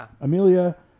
Amelia